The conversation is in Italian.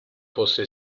fosse